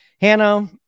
Hanno